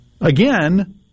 again